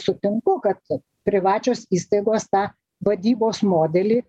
sutinku kad privačios įstaigos tą vadybos modelį